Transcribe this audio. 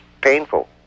painful